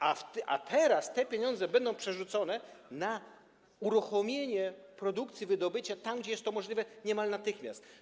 A teraz te pieniądze będą przerzucone na uruchomienie produkcji, wydobycia tam, gdzie jest to możliwe, niemal natychmiast.